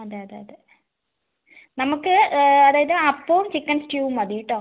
അതെ അതെ അതെ നമുക്ക് അതായത് അപ്പവും ചിക്കൻ സ്ട്യുവും മതീട്ടോ